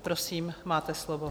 Prosím, máte slovo.